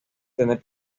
tener